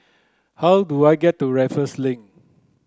how do I get to Raffles Link